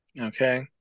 Okay